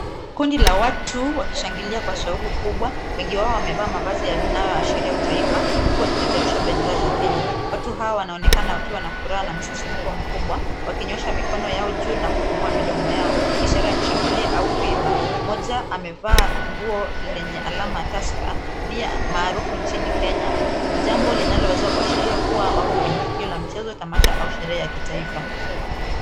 Kundi la watu wakishangilia kwa shauku kubwa . Wengi wao wamevaa mavazi yanayoashiria utaifa huku wakipeperusha bendera za Kenya. Watu hawa wanaonekana kuwa na furaha na msisimko mkubwa wakinyoosha mikono yao juu na kufungua mdomo yao ishara ya kushangilia au kuimba. Mmoja amevaa nguo lenye alama ya Tusker, maarufu nchini Kenya. Jambo linaloweza kuashiria kuwa wako kwenye tukio la mchezo tamasha au sherehe ya kitaifa.